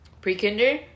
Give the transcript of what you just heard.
Pre-kinder